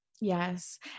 yes